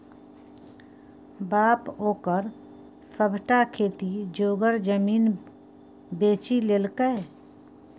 बाप ओकर सभटा खेती जोगर जमीन बेचि लेलकै